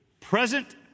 present